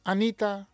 Anita